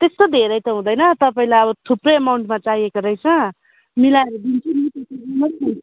त्यस्तो धेरै त हुँदैन तपाईँलाई अब थुप्रै अमाउन्टमा चाहिएको रहेछ मिलाएर दिन्छु नि